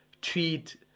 treat